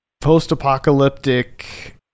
post-apocalyptic